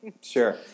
Sure